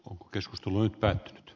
onko keskustelu on päättynyt